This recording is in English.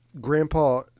grandpa